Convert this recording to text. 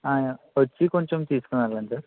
వచ్చి కొంచెం తీసుకుని వెళ్ళండి